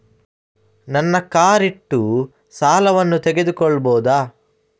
ನನ್ನ ಕಾರ್ ಇಟ್ಟು ಸಾಲವನ್ನು ತಗೋಳ್ಬಹುದಾ?